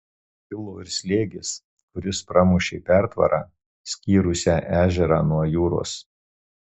kilo ir slėgis kuris pramušė pertvarą skyrusią ežerą nuo jūros